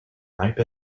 ripe